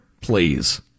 please